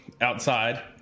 outside